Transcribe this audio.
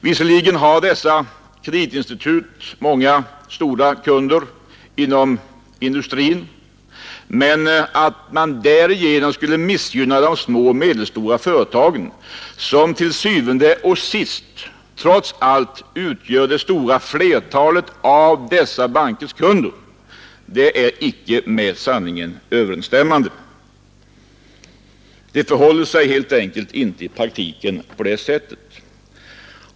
Visserligen har dessa kreditinstitut många stora kunder inom industrin, men att man därför skulle missgynna de små och medelstora företagen, som til syvende og sidst trots allt utgör det stora flertalet av dessa bankers kunder, är icke med sanningen överensstämmande. Det förhåller sig i praktiken helt enkelt inte på det sättet.